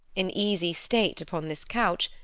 in easy state upon this couch,